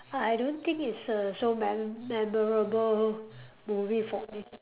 I don't think it's a so mem~ memorable movie for me